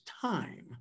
time